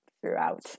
throughout